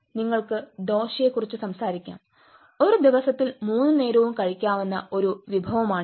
നിങ്ങൾക്ക് ദോശയെക്കുറിച്ച് സംസാരിക്കാം ഒരു ദിവസത്തിൽ മൂന്ന് നേരവും കഴിക്കാവുന്ന ഒരു വിഭവമാണിത്